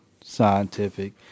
scientific